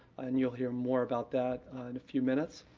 and you'll hear more about that in a few minutes.